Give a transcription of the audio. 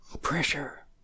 pressure